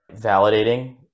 validating